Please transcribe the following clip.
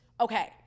Okay